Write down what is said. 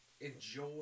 enjoy